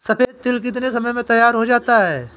सफेद तिल कितनी समय में तैयार होता जाता है?